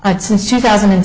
it since two thousand and